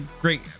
great